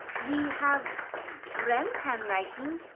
we have ren's handwriting.